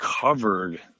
covered